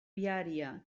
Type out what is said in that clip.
viària